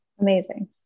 Amazing